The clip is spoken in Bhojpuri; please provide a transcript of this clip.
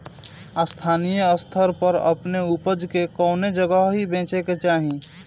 स्थानीय स्तर पर अपने ऊपज के कवने जगही बेचे के चाही?